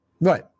Right